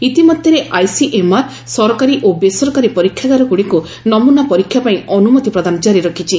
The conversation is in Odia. ଇତିମଧ୍ୟରେ ଆଇସିଏମ୍ଆର୍ ସରକାରୀ ଓ ବେସରକାରୀ ପରୀକ୍ଷାଗାରଗୁଡ଼ିକୁ ନମୁନା ପରୀକ୍ଷା ପାଇଁ ଅନୁମତି ପ୍ରଦାନ ଜାରି ରଖିଛି